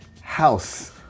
house